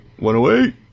108